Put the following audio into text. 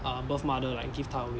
uh birth mother right give 她 away